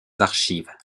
archives